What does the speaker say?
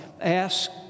ask